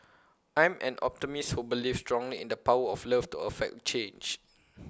I'm an optimist who believes strongly in the power of love to effect change